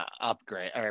upgrade